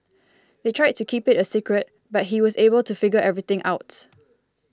they tried to keep it a secret but he was able to figure everything out